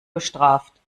bestraft